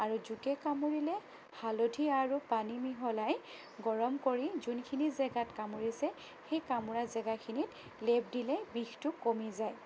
আৰু জোকে কামুৰিলে হালধি আৰু পানী মিহলাই গৰম কৰি যোনখিনি জেগাত কামুৰিছে সেই কামোৰা জেগাখিনিত লেপ দিলে বিষটো কমি যায়